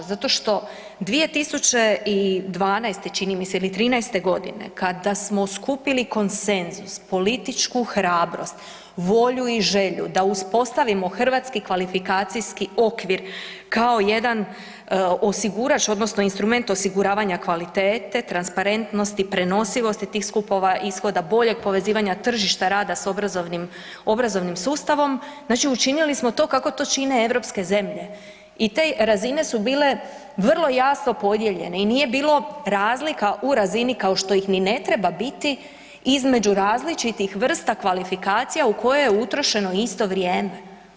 Zato što 2012. čini mi se, ili 2013. g. kada smo skupili konsenzus, političku hrabrost, volju i želju da uspostavimo HKO kao jedan osigurač odnosno instrument osiguravanja kvalitete, transparentnosti, prenosivosti tih skupova ishoda, boljeg povezivanja tržišta rada sa obrazovnim sustavom, znači učinili smo to kako to čine europske zemlje i te razine su bile vrlo jasno podijeljene i nije bilo razlika u razini kao što ih ni ne treba biti između različitih vrsta kvalifikacija u kojoj je utrošeno isto vrijeme.